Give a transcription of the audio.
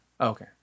Okay